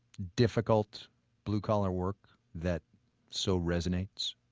difficult blue-collar work that so resonates?